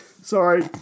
sorry